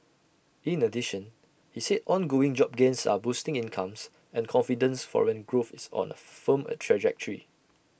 in addition he said ongoing job gains are boosting incomes and confidence foreign growth is on A firm A trajectory